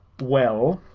well?